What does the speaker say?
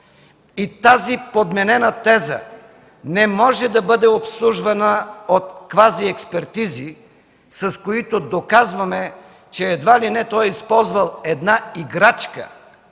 И тази подменена теза не може да бъде обслужвана от квазиекспертизи, с които доказваме, че едва ли не той е използвал една играчка,